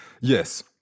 yes